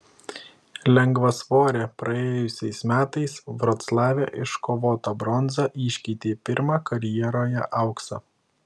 lengvasvorė praėjusiais metais vroclave iškovotą bronzą iškeitė į pirmą karjeroje auksą